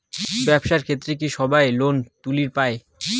ব্যবসার ক্ষেত্রে কি সবায় লোন তুলির পায়?